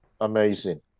Amazing